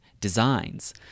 designs